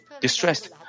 distressed